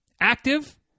active